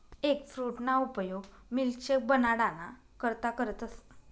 एगफ्रूटना उपयोग मिल्कशेक बनाडाना करता करतस